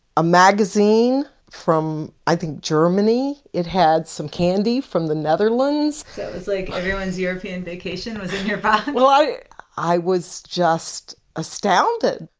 a magazine from i think germany. it had some candy from the netherlands. so it was like everyone's european vacation was in your box? i i was just astounded.